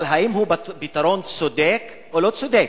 אבל האם הוא פתרון צודק או לא צודק?